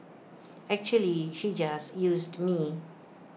actually she just used me